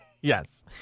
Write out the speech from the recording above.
yes